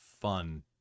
fun